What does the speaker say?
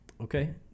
Okay